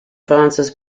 francis